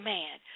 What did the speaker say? Man